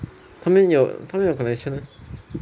他们有他们有 connection meh